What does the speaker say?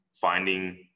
finding